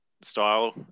style